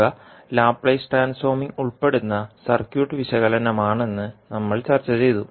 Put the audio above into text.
ഇവ Laplace transforming ഉൾപ്പെടുന്ന circuit വിശകലനമാണെന്ന് നമ്മൾ ചർച്ച ചെയ്തു